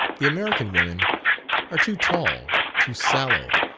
the american women are too tall, too sallow,